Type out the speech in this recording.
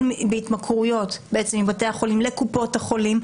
בהתמכרויות בעצם מבתי החולים לקופות החולים,